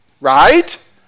right